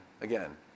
Again